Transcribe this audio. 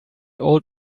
old